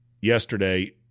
yesterday